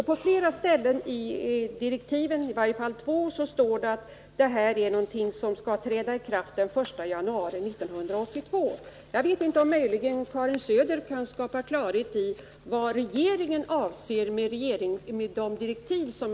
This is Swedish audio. På två ställen i direktiven heter det att det här skall träda i kraft den 1 januari 1982. Karin Söder kanske kan skapa klarhet i vad regeringen avser med direktiven.